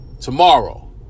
Tomorrow